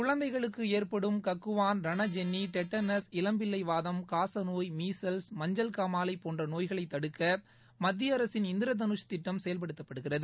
குழந்தைகளுக்கு ஏற்படும் கக்குவான் ரணஜன்னி டெட்டனஸ் இளம்பிள்ளைவாதம் காசநோய் மீசல்ஸ் மஞ்சள்காமாலை போன்ற நோய்களை தடுக்க மத்திய அரசின் இந்திர தனுஷ் திட்டம் செயல்படுத்தப்படுகிறது